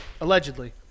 Allegedly